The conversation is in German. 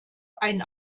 ein